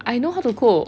I know how to cook